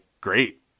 great